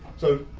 so